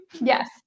Yes